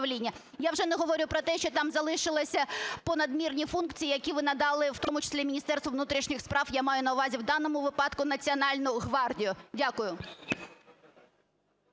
Я вже не говорю про те, що там залишилися понадмірні функції, які ви надали в тому числі Міністерству внутрішніх справ, я маю на увазі в даному випадку Національну гвардію. Дякую.